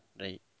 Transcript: Right